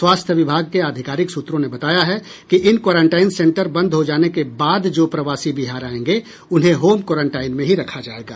स्वास्थ्य विभाग के आधिकारिक सूत्रों ने बताया है कि क्वारंटाइन सेंटर बंद हो जाने के बाद जो प्रवासी बिहार आयेंगे उन्हें होम क्वारंटाइन में ही रखा जायेगा